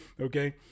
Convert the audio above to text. okay